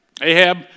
Ahab